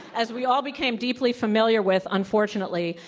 as we all became deeply familiar with, unfortunately,